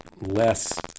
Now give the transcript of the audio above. less